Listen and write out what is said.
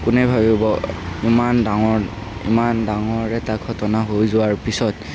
কোনে ভাবিব ইমান ডাঙৰ ইমান ডাঙৰ এটা ঘটনা হৈ যোৱাৰ পিছত